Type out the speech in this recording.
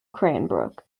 cranbrook